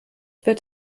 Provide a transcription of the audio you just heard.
wird